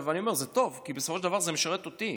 אני אומר, זה טוב כי בסופו של דבר זה משרת אותי,